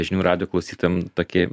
žinių radijo klausytojam tokį